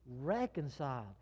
reconciled